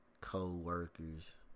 co-workers